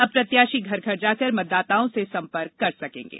अब प्रत्याशी घर घर जाकर मतदाताओं से संपर्क कर सकेंगे